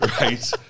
right